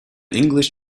english